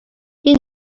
you